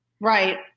right